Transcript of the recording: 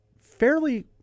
fairly